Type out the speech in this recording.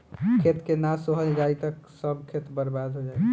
खेत के ना सोहल जाई त सब खेत बर्बादे हो जाई